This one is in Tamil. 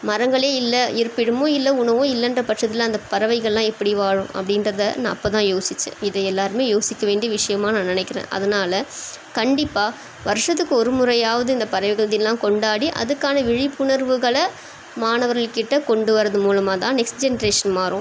மரங்களே இல்லை இருப்பிடமும் இல்லை உணவும் இல்லைன்ற பட்சத்தில் அந்த பறவைகளெல்லாம் எப்படி வாழும் அப்படின்றத நான் அப்போதான் யோசித்தேன் இதை எல்லாேருமே யோசிக்க வேண்டிய விஷயமாக நான் நினைக்கிறேன் அதனால் கண்டிப்பாக வருஷத்துக்கு ஒருமுறையாவது இந்த பறவைகள் தினமெல்லாம் கொண்டாடி அதுக்கான விழிப்புணர்வுகளை மாணவர்கள்கிட்டே கொண்டு வர்றது மூலமாகதான் நெக்ஸ்ட் ஜென்ரேஷன் மாறும்